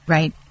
Right